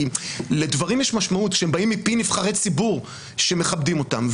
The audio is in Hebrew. כי לדברים יש משמעות כשהם באים מפי נבחרי ציבור שמכבדים אותם,